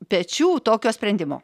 pečių tokio sprendimo